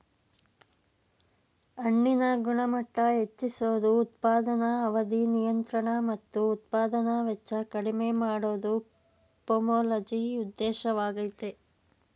ಹಣ್ಣಿನ ಗುಣಮಟ್ಟ ಹೆಚ್ಚಿಸೋದು ಉತ್ಪಾದನಾ ಅವಧಿ ನಿಯಂತ್ರಣ ಮತ್ತು ಉತ್ಪಾದನಾ ವೆಚ್ಚ ಕಡಿಮೆ ಮಾಡೋದು ಪೊಮೊಲಜಿ ಉದ್ದೇಶವಾಗಯ್ತೆ